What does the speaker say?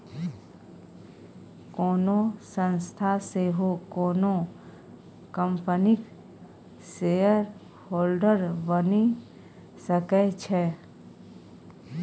कोनो संस्था सेहो कोनो कंपनीक शेयरहोल्डर बनि सकै छै